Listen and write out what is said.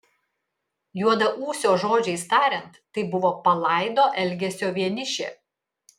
juodaūsio žodžiais tariant tai buvo palaido elgesio vienišė